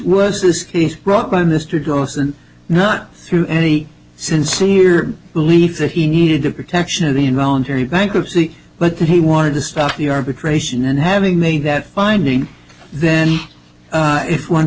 was this case brought by mr dawson not through any sincere belief that he needed to protection of the involuntary bankruptcy but that he wanted to stop the arbitration and having made that finding then if one